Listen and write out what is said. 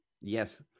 Yes